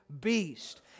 beast